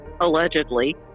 allegedly